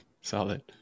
solid